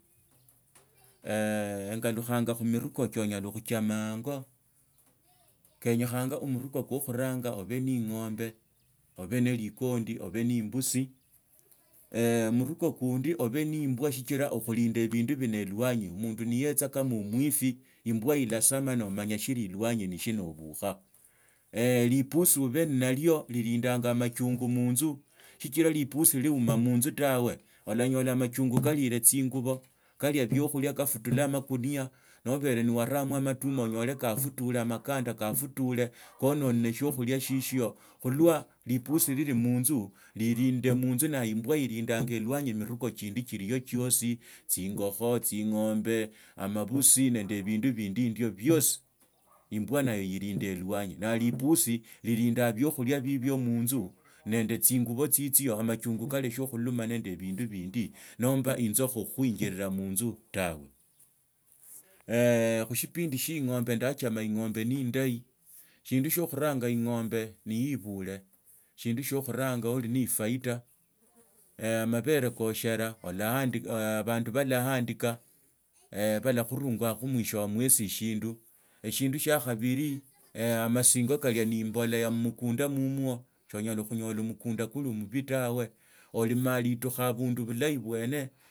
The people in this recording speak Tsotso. Engalukhanga khummumuko tchie onyala khutchoma aango kenyekhanga omuruko kwo okhuranga ibe ni ing’ombe obe ne likondi obe ne imnusi muruka kondi ube ne imbwa sichira okhlinda ibendu bio ne lwanyimundu niyetsa kama omwiri imbwa liasama nomanya shili ilwanyi nishina nobukha lipusi obe nnalo lilindange amachungu munzu sichira lipisi liiuma munzu tawe olanyora amachungu kalile tsingubo kalia bokhulia kafutla amagunia nobere niwaramo amatuma onyole kafutula amakanda kafutula kaononie shokholia shisho khulwa lipusi lili munzu lilinde munzu nayo imbwa ilalinda ilwanyi miruko chino chilikho chiosi tsingukho tsing’ombe amabusi nende ebindu bindi ndio biosi imbwa nnayo ilinda ilwanyi nayo lipusi lilindaa ebiokhulia bibio munzu nende tsingubo tsitsioamachungu kalekha khuluma nende elindu bindi nomba inzokha khuinzira munzu tawe khusipindi tsie ing’ombe ndaachama ing’ombe ne indahi shindu shio khuranga ing’ombe iibula shindu sho khuranga ui nende ifaida amabereko oshera abandu balahandika barakhurungakho mwisho wa mwezi eshindu eshindu mmukunda mmumwo shoonyala khunyola mmukunda nikuli mubi tawe olimaa litukha bullahi bwene.